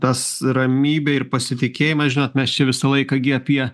tas ramybė ir pasitikėjimas žinot mes čia visą laiką gi apie